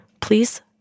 Please